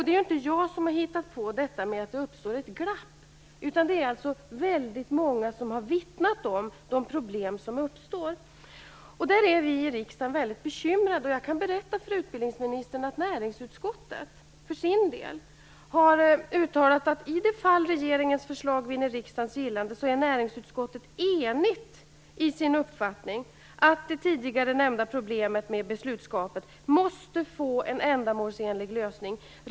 Det är inte jag som har hittat på att det uppstår ett glapp, utan det är väldigt många som har vittnat om de problem som uppstår. Där är vi i riksdagen väldigt bekymrade. Jag kan berätta för utbildningsministern att näringsutskottet har uttalat att i det fall regeringens förslag vinner riksdagens gillande är näringsutskottet enigt i sin uppfattning att det tidigare nämnda problemet med beslutskapet måste få en ändamålsenlig lösning.